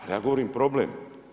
Ali ja govorim problem.